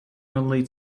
only